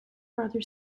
brother